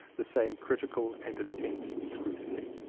the same critical and intense scrutiny.